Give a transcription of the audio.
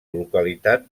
localitat